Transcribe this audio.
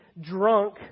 drunk